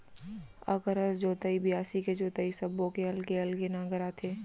अकरस जोतई, बियासी के जोतई सब्बो के अलगे अलगे नांगर आथे